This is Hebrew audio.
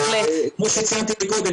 כמו שציינתי מקודם,